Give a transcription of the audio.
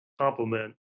complement